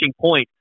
point